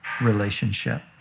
relationship